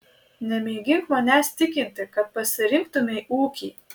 nemėgink manęs tikinti kad pasirinktumei ūkį